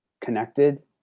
connected